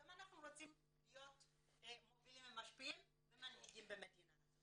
גם אנחנו רוצים להיות מובילים ומשפיעים ומנהיגים במדינה.